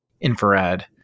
infrared